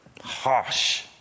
Harsh